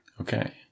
Okay